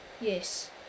Yes